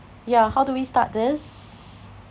yeah how do we start this